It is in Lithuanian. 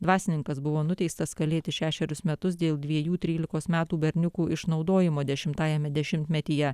dvasininkas buvo nuteistas kalėti šešerius metus dėl dviejų trylikos metų berniukų išnaudojimo dešimtajame dešimtmetyje